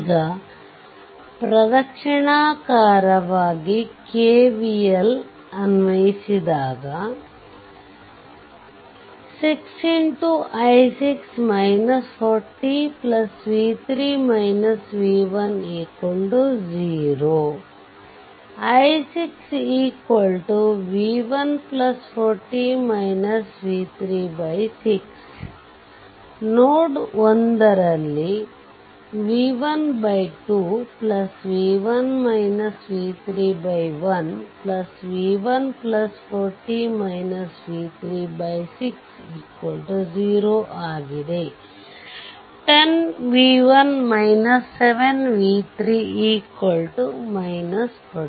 ಈಗ ಪ್ರದಕ್ಷಿಣಾಕಾರವಾಗಿ KVL ಅನ್ವಯಿಸಿದಾಗ 6 x i6 40 v3 v1 0 i6 v140 v36 node 1 ರಲ್ಲಿ v12 1 v1 40 v3 60 ಆಗಿದೆ 10v1 7v3 40